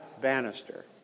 Bannister